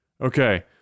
Okay